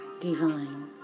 divine